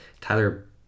Tyler